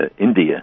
India